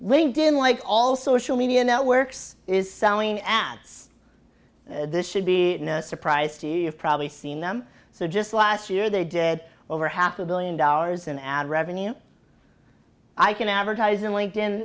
in like all social media networks is selling ads this should be no surprise to you have probably seen them so just last year they did over half a billion dollars in ad revenue i can advertise in linked in